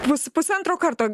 bus pusantro karto